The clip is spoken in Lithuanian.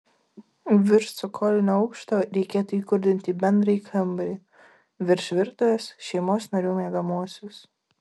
virš cokolinio aukšto reikėtų įkurdinti bendrąjį kambarį virš virtuvės šeimos narių miegamuosius